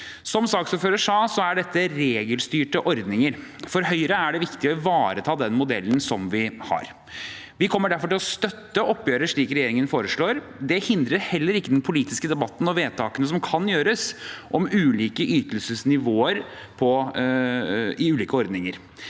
Som saksordføreren sa, er dette regelstyrte ordninger. For Høyre er det viktig å ivareta den modellen som vi har, og vi kommer derfor til å støtte oppgjøret slik regjeringen foreslår. Det hindrer heller ikke den politiske debatten og vedtakene som kan gjøres om ulike ytelsesnivåer i ulike ordninger,